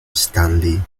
stanley